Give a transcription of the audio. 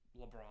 LeBron